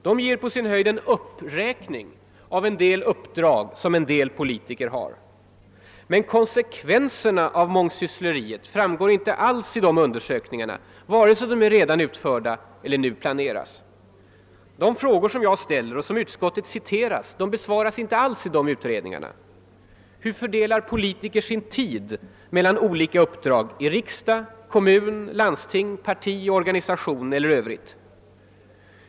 De ger på sin höjd en uppräkning av en del uppdrag som en del politiker har. Men konsekvenserna av mångsyssleriet framgår inte alls av de här undersökningarna, vare sig de redan är utförda eller nu planeras. De frågor som jag ställt och som utskottet har citerat besvaras inte alls av dessa utredningar: Hur fördelar politiker sin tid mellan olika uppdrag i riksdag, kommun, landsting, parti, organisationer eller annan verksamhet?